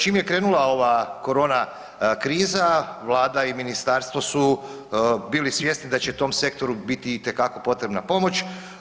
Čim je krenula ova korona kriza vlada i ministarstvo su bili svjesni da će tom sektoru biti itekako potrebna pomoć.